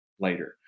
later